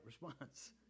response